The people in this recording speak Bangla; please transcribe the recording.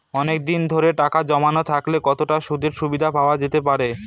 অনেকদিন ধরে টাকা জমানো থাকলে কতটা সুদের সুবিধে পাওয়া যেতে পারে?